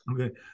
Okay